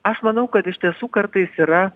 aš manau kad iš tiesų kartais yra